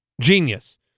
genius